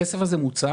הכסף הזה מוצא